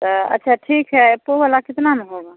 तो अच्छा ठीक है ओप्पो वाला कितना में होगा